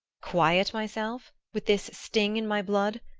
quiet myself? with this sting in my blood?